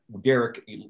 Derek